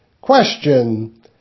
Question